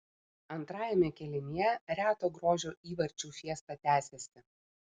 antrajame kėlinyje reto grožio įvarčių fiesta tęsėsi